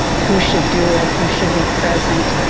who should do it, who should be present,